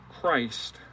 christ